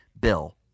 Bill